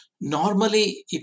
Normally